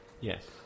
Yes